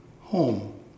home